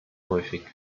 häufig